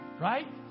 Right